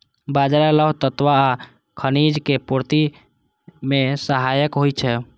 बाजरा लौह तत्व आ खनिजक पूर्ति मे सहायक होइ छै